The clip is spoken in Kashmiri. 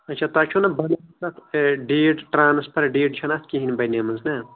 اچھا تۄہہِ چھُنہ بنومُت اتھ ڈیٹ ٹرانسفر ڈیٹ چھنہ اتھ کہیٖنۍ بنے مٕژ نا